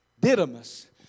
Didymus